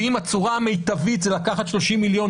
ואם הצורה המיטבית היא לקחת 30 מיליון